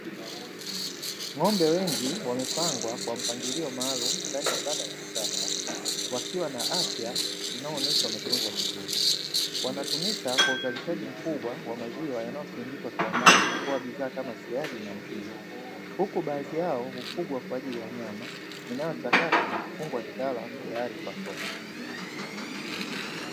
Ng'ombe wengi wamepangwa kwa mpangilio maalumu ndani ya banda la kisasa, wakiwa na afya inayoonyesha wametunzwa vizuri. Wanatumika kwa uzalishaji mkubwa wa maziwa yanayosindikwa kiwandani kuwa bidhaa kama siagi na mtindi, huku baadhi yao hufugwa kwa ajili ya nyama inayochakatwa na kufungwa kitaalam tayari kwa soko.